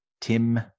Tim